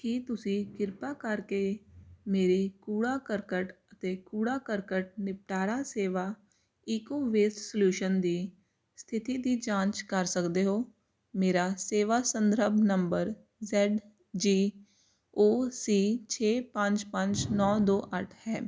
ਕੀ ਤੁਸੀਂ ਕਿਰਪਾ ਕਰਕੇ ਮੇਰੀ ਕੂੜਾ ਕਰਕਟ ਅਤੇ ਕੂੜਾ ਕਰਕਟ ਨਿਪਟਾਰਾ ਸੇਵਾ ਈਕੋ ਵੇਸਟ ਸੋਲਿਊਸ਼ਨ ਦੀ ਸਥਿਤੀ ਦੀ ਜਾਂਚ ਕਰ ਸਕਦੇ ਹੋ ਮੇਰਾ ਸੇਵਾ ਸੰਦਰਭ number Z G O C ਛੇ ਪੰਜ ਪੰਜ ਨੌਂ ਦੋ ਅੱਠ ਹੈ